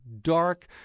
dark